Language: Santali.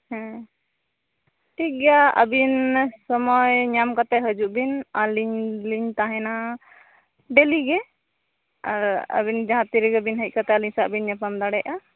ᱦᱮᱸ ᱴᱷᱤᱠ ᱜᱮᱭᱟ ᱟᱹᱵᱤᱱ ᱥᱚᱢᱚᱭ ᱧᱟᱢ ᱠᱟᱛᱮ ᱦᱤᱡᱩᱜ ᱵᱤᱱ ᱟᱹᱞᱤᱧ ᱞᱤᱧ ᱛᱟᱦᱮᱱᱟ ᱰᱮᱞᱤ ᱜᱮ ᱟᱹᱵᱤᱱ ᱡᱟᱦᱟᱸ ᱛᱤᱱ ᱨᱮᱜᱮ ᱦᱮᱡ ᱠᱟᱛᱮ ᱟᱹᱞᱤᱧ ᱥᱟᱶ ᱵᱤᱱ ᱧᱟᱯᱟᱢ ᱫᱟᱲᱮᱭᱟᱜᱼᱟ